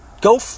go